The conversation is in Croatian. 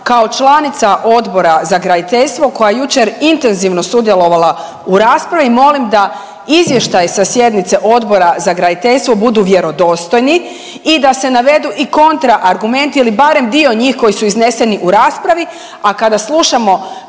Kao članica Odbora za graditeljstvo koja je jučer intenzivno sudjelovala u raspravi, molim da izvještaj sa sjednice Odbora za graditeljstvo budu vjerodostojni i da se navedu i kontraargumenti ili barem dio njih koji su izneseni u raspravi, a kada slušamo